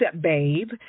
babe